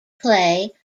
clay